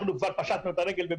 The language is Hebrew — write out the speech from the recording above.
אנחנו כבר פשטנו את הרגל,